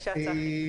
בבקשה צחי.